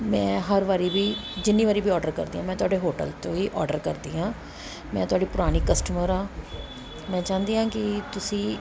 ਮੈਂ ਹਰ ਵਾਰੀ ਵੀ ਜਿੰਨੀ ਵਾਰੀ ਵੀ ਔਡਰ ਕਰਦੀ ਹਾਂ ਮੈਂ ਤੁਹਾਡੇ ਹੋਟਲ ਤੋਂ ਹੀ ਔਡਰ ਕਰਦੀ ਹਾਂ ਮੈਂ ਤੁਹਾਡੀ ਪੁਰਾਣੀ ਕਸਟਮਰ ਹਾਂ ਮੈਂ ਚਾਹੁੰਦੀ ਹਾਂ ਕਿ ਤੁਸੀਂ